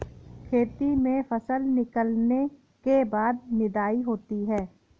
खेती में फसल निकलने के बाद निदाई होती हैं?